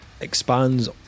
expands